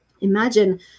Imagine